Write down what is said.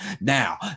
now